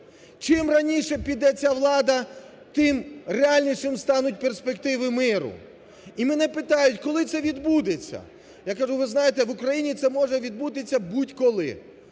Чим раніше піде ця влада, тим реальніші стануть перспективи миру. І мене питають: "Коли це відбудеться?". Я кажу: "Ви знаєте, в Україні це може відбутися будь-коли: